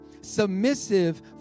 submissive